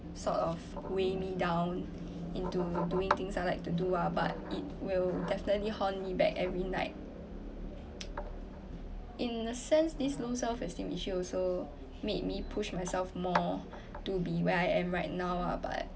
sort of weigh me down into doing things I'd like to do lah but it will definitely haunt me back every night in a sense this low self esteem issue also made me push myself more to be where I am right now lah but